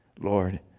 Lord